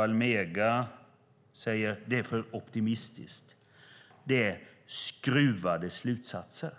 Almega säger att det är för optimistiskt och att det är skruvade slutsatser.